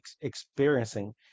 experiencing